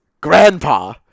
Grandpa